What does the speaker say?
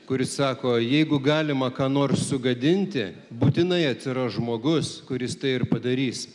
kuris sako jeigu galima ką nors sugadinti būtinai atsiras žmogus kuris tai ir padarys